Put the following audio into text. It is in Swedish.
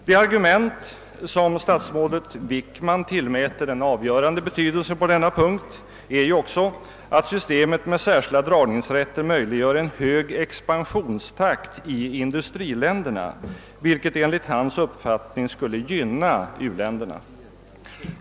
Det argument som statsrådet Wickman tillmäter den avgörande betydelsen på denna punkt är ju också, att systemet med särskilda dragningsrätter möjliggör en hög expansionstakt i industriländerna, vilket enligt hans uppfattning skulle gynna u-länderna.